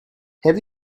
have